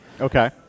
Okay